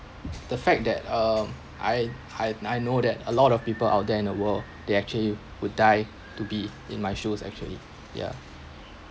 the fact that um I I I know that a lot of people out there in the world they actually would die to be in my shoes actually yeah